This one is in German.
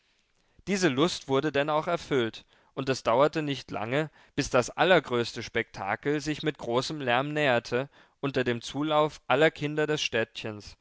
diese lust wurde denn auch erfüllt und es dauerte nicht lange bis das allergrößte spektakel sich mit großem lärm näherte unter dem zulauf aller kinder des städtchens